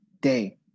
day